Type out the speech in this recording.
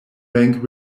rank